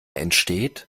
entsteht